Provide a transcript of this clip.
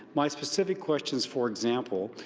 my specific questions, for example,